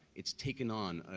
it's taking on.